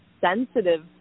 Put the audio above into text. sensitive